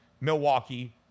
Milwaukee